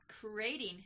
creating